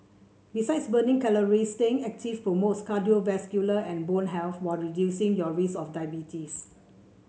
besides burning calories staying active promotes cardiovascular and bone health while reducing your risk of diabetes